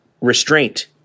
restraint